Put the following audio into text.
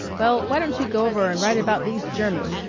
well, why don't you go over and write about these germans?